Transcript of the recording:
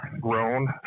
grown